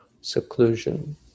seclusion